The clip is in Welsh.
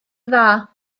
dda